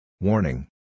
Warning